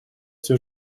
все